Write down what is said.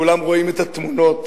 כולם רואים את התמונות.